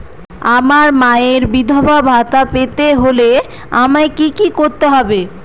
আমার মায়ের বিধবা ভাতা পেতে হলে আমায় কি কি করতে হবে?